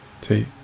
Take